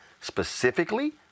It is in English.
specifically